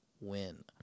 win